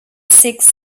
six